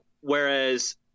whereas –